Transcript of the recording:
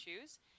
choose